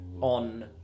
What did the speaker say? on